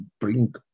bring